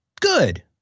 good